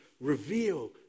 reveal